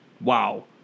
wow